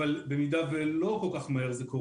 אבל במידה וזה לא קורה כל כך מהר,